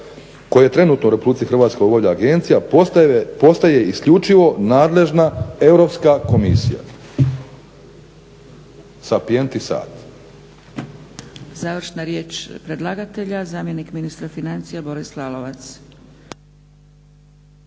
koje trenutno u Republici Hrvatskoj obavlja agencija postaje isključivo nadležna Europska komisija. Sapientis ad.